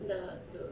the the